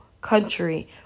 country